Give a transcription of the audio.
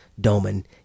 Doman